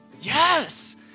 yes